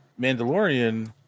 Mandalorian